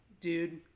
dude